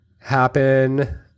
happen